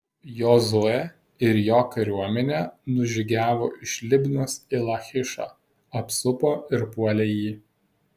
jozuė ir jo kariuomenė nužygiavo iš libnos į lachišą apsupo ir puolė jį